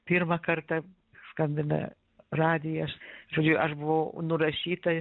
pirmą kartą skambina radijas žodžiu aš buvau nurašyta